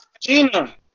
Gina